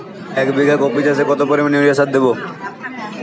এক বিঘা কপি চাষে কত পরিমাণ ইউরিয়া সার দেবো?